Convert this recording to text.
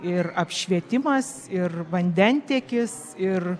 ir apšvietimas ir vandentiekis ir